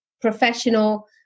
professional